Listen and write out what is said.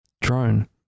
drone